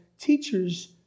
teachers